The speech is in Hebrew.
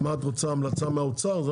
את רוצה המלצה מהאוצר?